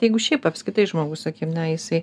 jeigu šiaip apskritai žmogus sakykim na jisai